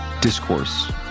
discourse